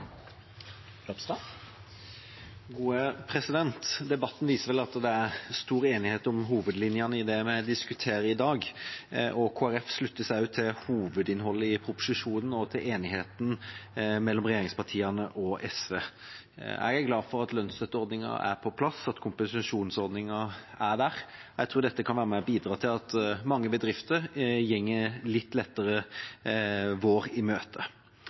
stor enighet om hovedlinjene i det vi diskuterer i dag. Kristelig Folkeparti slutter seg til hovedinnholdet i proposisjonen og til enigheten mellom regjeringspartiene og SV. Jeg er glad for at lønnsstøtteordningen er på plass, og at kompensasjonsordningen er der. Jeg tror dette kan være med og bidra til at mange bedrifter går en litt lettere vår i